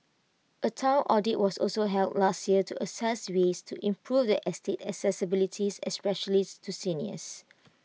A Town audit was also held last year to assess ways to improve the estate's accessibilities especially to seniors